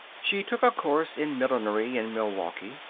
she took a course in millinery in milwaukee,